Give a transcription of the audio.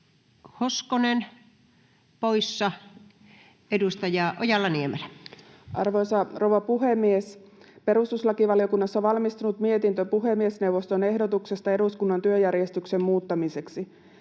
muuttamisesta Time: 16:07 Content: Arvoisa rouva puhemies! Perustuslakivaliokunnassa on valmistunut mietintö puhemiesneuvoston ehdotuksesta eduskunnan työjärjestyksen muuttamiseksi.